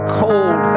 cold